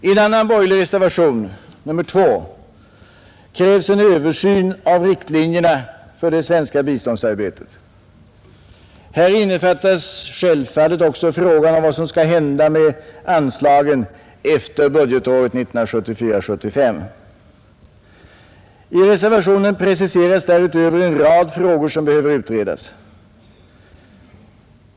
I en annan borgerlig reservation — nr 2 — krävs en översyn av riktlinjerna för det svenska biståndsarbetet. Häri innefattas självfallet också frågan om vad som skall hända med anslagen efter budgetåret 1974/75. I reservationen preciseras därutöver en rad frågor som behöver utredas.